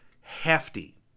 hefty